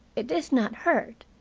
it is not hurt.